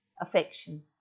affection